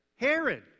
Herod